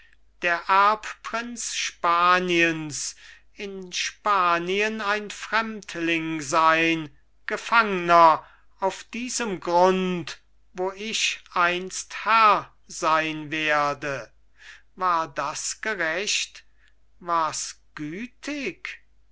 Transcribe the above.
der erbprinz spaniens in spanien ein fremdling sein gefangner auf diesem grund wo ich einst herr sein werde war das gerecht wars gütig